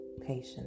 patience